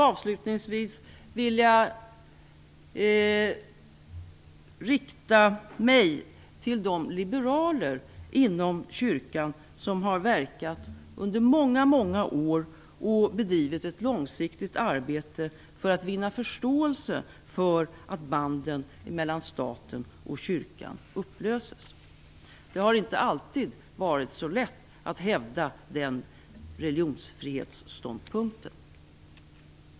Avslutningsvis vill jag rikta mig till de liberaler inom kyrkan som har verkat under många år och bedrivit ett långsiktigt arbete för att vinna förståelse för att banden mellan staten och kyrkan upplöses. Det har inte alltid varit så lätt att hävda den religionsfrihetsståndpunkten.